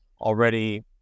already